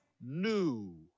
new